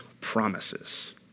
promises